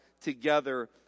together